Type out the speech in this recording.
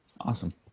awesome